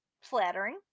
flattering